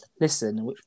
listen